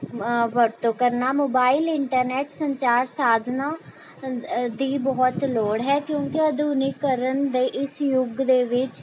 ਵਰਤੋਂ ਕਰਨਾ mobile internet ਸੰਚਾਰ ਸਾਧਨਾਂ ਦੀ ਬਹੁਤ ਲੋੜ ਹੈ ਕਿਉਂਕਿ ਆਧੁਨਿਕੀਕਰਨ ਦੇ ਇਸ ਯੁੱਗ ਦੇ ਵਿੱਚ